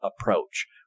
approach